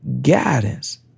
guidance